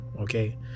Okay